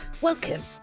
welcome